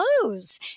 clothes